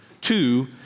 Two